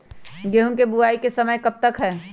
गेंहू की बुवाई का समय कब तक है?